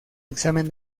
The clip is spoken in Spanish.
examen